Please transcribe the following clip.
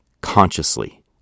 consciously